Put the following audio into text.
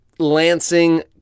lansing